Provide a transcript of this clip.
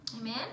Amen